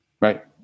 right